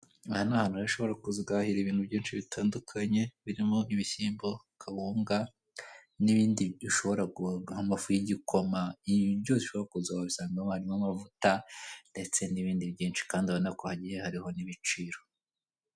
Aha ni ahantu ushobora kuza ugaharira ibintu byinshi bitandukanye birimo; ibishyimbo, kawunga, n'ibindi bishoboraga amafu y'igikomaho ibi byose ushobora kuza wabisangamo birimo amavuta ndetse n'ibindi byinshi kandi urabanako hagiye hariho n'ibiciro.